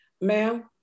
Ma'am